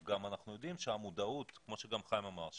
אנחנו יודעים שהמודעות - גם חיים אמר זאת